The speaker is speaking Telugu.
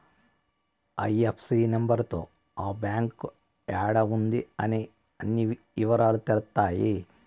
ఐ.ఎఫ్.ఎస్.సి నెంబర్ తో ఆ బ్యాంక్ యాడా ఉంది అనే అన్ని ఇవరాలు తెలుత్తాయి